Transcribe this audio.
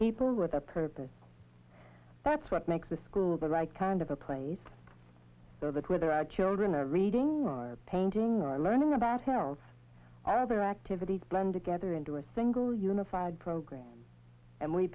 people with a purpose that's what makes the school the right kind of a place that whether our children are reading or painting or learning about heralds are other activities blend together into a single unified program and we